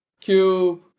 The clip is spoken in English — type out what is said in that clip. Cube